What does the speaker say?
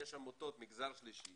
יש עמותות מגזר שלישי